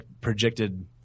projected